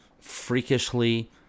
freakishly